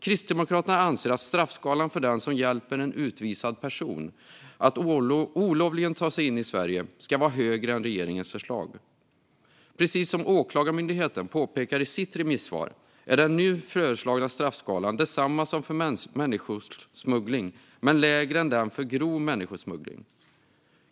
Kristdemokraterna anser att straffskalan för den som hjälper en utvisad person att olovligen ta sig in i Sverige ska vara högre än regeringens förslag. Precis som Åklagarmyndigheten påpekar i sitt remisssvar är den nu föreslagna straffskalan densamma som för människosmuggling men lägre än den för grov människosmuggling.